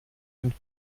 den